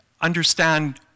understand